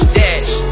dash